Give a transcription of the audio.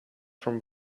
from